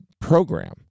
program